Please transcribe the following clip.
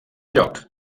lloc